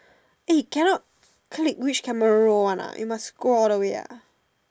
eh cannot click which camera row one ah you must go all the way ah